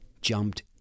jumped